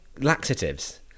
laxatives